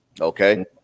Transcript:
Okay